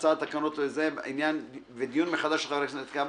הצעת תקנות ודיון מחדש של חבר הכנסת כבל